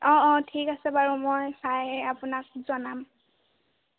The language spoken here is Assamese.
অ অ ঠিক আছে বাৰু মই চাই আপোনাক জনাম